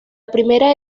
primera